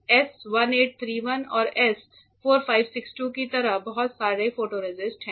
S 1813 और S4562 की तरह बहुत सारे फोटोरेसिस्ट हैं